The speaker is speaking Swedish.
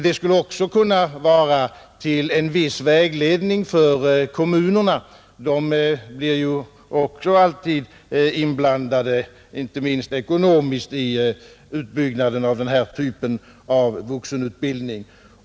Det skulle också kunna vara till en viss vägledning för kommunerna, De blir ju också alltid inblandade, inte minst ekonomiskt, i utbyggnaden av den här typen av vuxenutbildning.